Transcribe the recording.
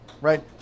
right